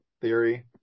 theory